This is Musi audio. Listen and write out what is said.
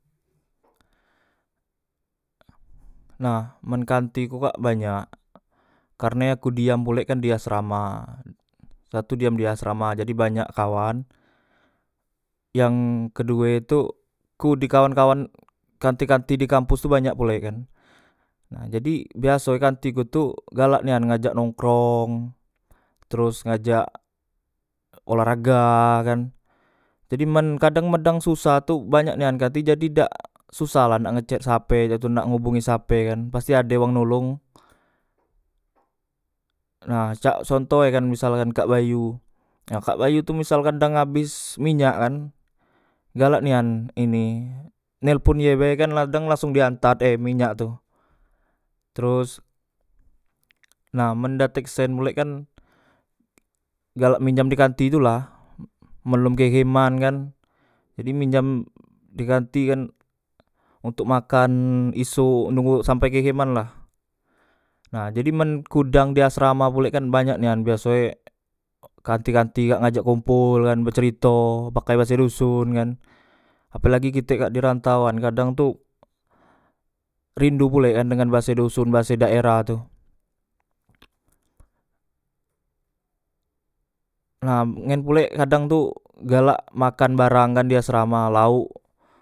Nah men kantiku kak banyak karne aku diam pulek kan diasrama da tu diam diasrama jadi banyak kawan yang kedue tu ku di kawan kawan kanti kanti dikampus tu banyak pulek kan na jadi biasoe kantiku tu galak nian ngajak nongkrong teros ngajak olahraga kan jadi men kadang men dang susah tu banyak nian kanti jadi dak susah la men nak ngecet sape nak ngubungi sape cak tu nak ngubungi sape kan pasti ade wang nolong nah cak contohe kan misal kan kak bayu nah kak bayu tu misalkan dang abes minyakkan galak nian ini nelpon ye be kan kadang langsong diantat e minyak tu teros nah men dak tek sen pulek kan galak minjam di kanti tula men lom keheman kan jadi minjam di kantikan ontok makan isuk nunggu sampe kehemanlah nah jadi men ku dang di asrama pulek kan banyak nian biasoe kanti kanti kak ngajak kompol kan bercerito pakai base doson kan apelagi kitek kak dirantauan kadang tu rindu pulek kan dengan base doson base daerah tu nah ngen pulek kadang tu galak makan barang kan diasrama laok